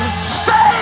Save